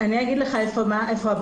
אני אגיד לך איפה הבעיה.